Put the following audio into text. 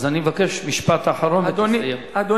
אז אני מבקש, משפט אחרון ולסיים.